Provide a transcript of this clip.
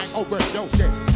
overdoses